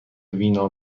وینا